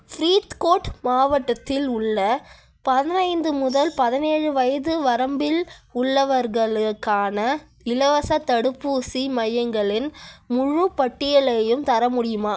ஃப்ரீத்கோட் மாவட்டத்தில் உள்ள பதினைந்து முதல் பதினேழு வயது வரம்பில் உள்ளவர்களுக்கான இலவசத் தடுப்பூசி மையங்களின் முழுப் பட்டியலையும் தர முடியுமா